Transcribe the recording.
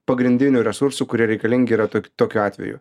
pagrindinių resursų kurie reikalingi yra tok tokiu atveju